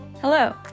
Hello